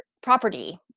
property